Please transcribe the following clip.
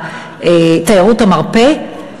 תיירות המרפא,